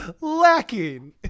lacking